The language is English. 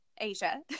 Asia